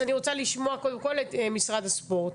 אז אני רוצה לשמוע קודם כל את משרד הספורט.